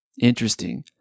Interesting